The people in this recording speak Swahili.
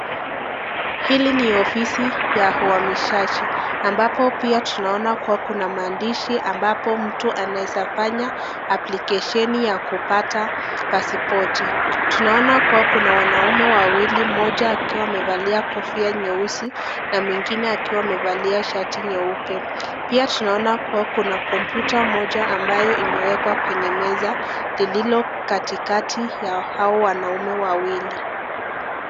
Hili ni ofisi ya uhamishaji ambapo pia tunaona kuwa kuna maandishi ambapo mtu anaeza fanya applikasheni ya kupata pasipoti. Tunaona kuwa kuna wanaume wawili mmoja akiwa amevalia kofia nyeusi na mwingine akiwa amevalia shati nyeupe. Pia tunaona kuwa kuna (cs)kompyuta(cs) moja ambayo imewekwa kwenye meza lilo katikati ya hao wanaume wawili.